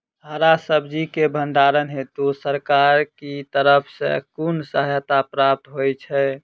हरा सब्जी केँ भण्डारण हेतु सरकार की तरफ सँ कुन सहायता प्राप्त होइ छै?